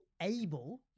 able